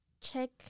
check